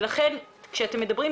ולכן כשאתם מדברים,